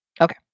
Okay